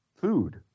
food